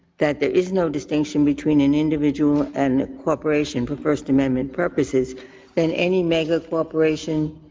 that there is no distinction between an individual and corporation for first amendment purposes in any megacorporation,